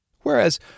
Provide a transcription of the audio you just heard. Whereas